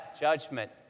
judgment